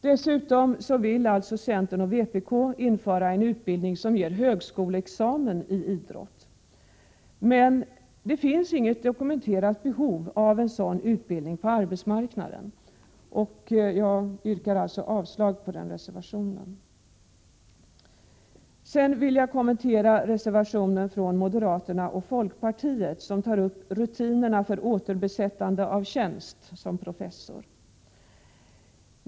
Dessutom vill alltså centern och vpk införa en utbildning som ger högskoleexamen i idrott. Men eftersom inget dokumenterat behov av en sådan utbildning finns på arbetsmarknaden, yrkar jag avslag på den reservationen. Sedan vill jag kommentera den reservation från moderaterna och folkpartiet som tar upp rutinerna för återbesättande av tjänst som professor.